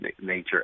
nature